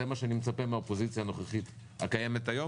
זה מה שאני מצפה מהאופוזיציה הנוכחית הקיימת היום.